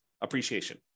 appreciation